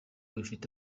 bifite